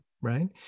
Right